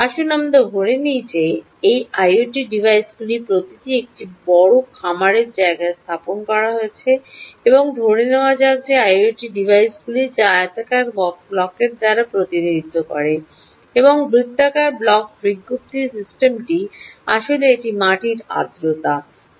আসুন আমরা ধরে নিই যে এই আইওটি ডিভাইসের প্রতিটি একটি বড় খামারের জায়গায় স্থাপন করা হয়েছে এবং ধরে নেওয়া যাক যে এই আইওটি ডিভাইসগুলি যা এই আয়তক্ষেত্রাকার ব্লকের দ্বারা প্রতিনিধিত্ব করে এবং বৃত্তাকার ব্লক বিজ্ঞপ্তি সিস্টেমটি আসলে একটি মাটির আর্দ্রতা ব্লক